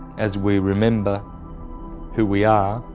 as we remember who we are,